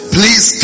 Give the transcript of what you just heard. Please